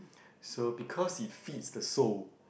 so because it fits the soul